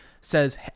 says